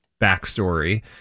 backstory